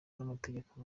n’amategeko